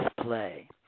play